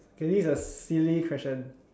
okay this is a silly question